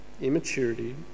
immaturity